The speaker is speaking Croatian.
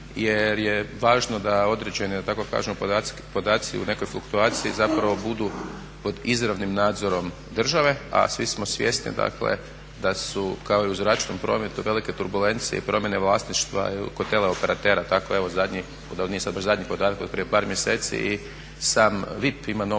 jer je važno da određeni da tako kažemo podaci u nekoj fluktuaciji zapravo budu pod izravnim nadzorom države, a svi smo svjesni dakle da su kao i u zračnom prometu velike turbulencije i promjene vlasništva kod teleoperatera. Tako evo zadnji, nisu baš zadnji podaci, od prije par mjeseci i sam VIP ima novog